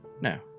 No